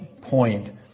point